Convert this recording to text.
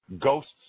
Ghost's